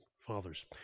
fathers